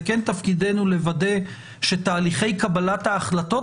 זה כן תפקידנו לוודא שתהליכי קבלת החלטות